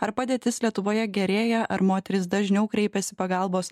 ar padėtis lietuvoje gerėja ar moterys dažniau kreipiasi pagalbos